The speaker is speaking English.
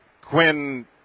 Quinn